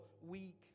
weak